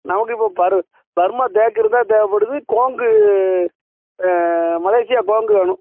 நமக்கு இப்போ பர்மா தேக்கு இருந்தால் தேவைப்படுது கோங்கு மலேஷியா கோங்கு வேணும்